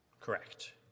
Correct